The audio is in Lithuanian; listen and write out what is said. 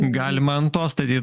galima ant to statyt